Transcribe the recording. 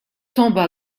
tomba